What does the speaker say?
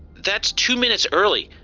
that's two minutes early.